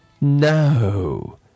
No